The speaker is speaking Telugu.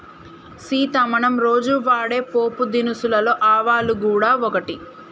సీత మనం రోజు వాడే పోపు దినుసులలో ఆవాలు గూడ ఒకటి